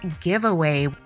giveaway